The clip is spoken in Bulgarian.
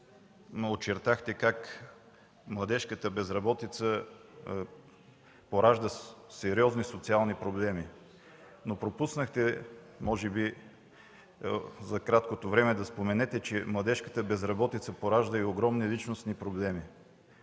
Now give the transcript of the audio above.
очертахте как младежката безработица поражда сериозни социални проблеми, но пропуснахте, може би заради краткото време, да споменете, че младежката безработица поражда и огромни личностни проблеми.